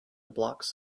blocks